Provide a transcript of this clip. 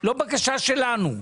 לא בקשה שלנו,